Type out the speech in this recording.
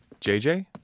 JJ